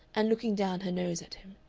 and looking down her nose at him,